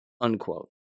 unquote